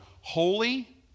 holy